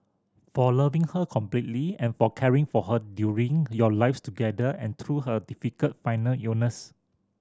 for loving her completely and for caring for her during your lives together and through her difficult final illness